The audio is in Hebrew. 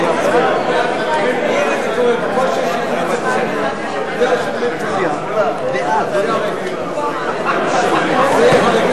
להביע אי-אמון בממשלה לא נתקבלה.